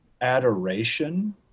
adoration